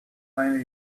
find